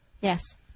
Yes